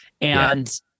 And-